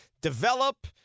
develop